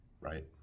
right